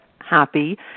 happy